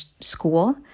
school